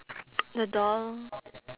the door lor